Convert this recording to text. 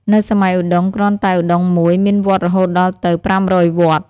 នៅសម័យឧត្តុង្គ គ្រាន់តែឧត្តុង្គមួយ មានវត្តរហូតដល់ទៅ ៥០០វត្ត ។